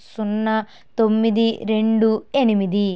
సున్నా తొమ్మిది రెండు ఎనిమిది